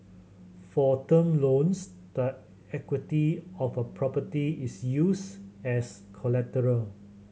for term loans the equity of a property is used as collateral